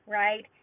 right